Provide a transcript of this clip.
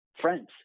friends